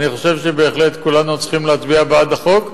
אני חושב שכולנו באמת צריכים להצביע בעד החוק,